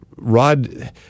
Rod